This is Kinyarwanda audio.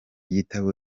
gitabo